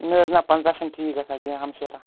نہ حٲز نہ پَنٛژاہ چھَنہٕ ٹھیٖک گَژھان کیٚنٛہہ ہمشیرا